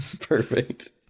perfect